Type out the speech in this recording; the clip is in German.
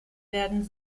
werden